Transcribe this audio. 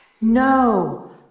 no